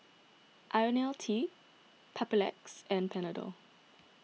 Ionil T Papulex and Panadol